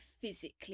physically